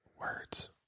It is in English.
words